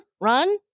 run